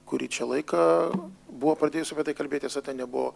kurį čia laiką buvo pradėjusi apie tai kalbėtis tada nebuvo